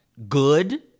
Good